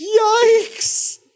Yikes